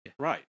Right